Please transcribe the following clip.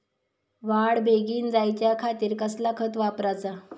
वाढ बेगीन जायच्या खातीर कसला खत वापराचा?